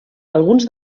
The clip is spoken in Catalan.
alguns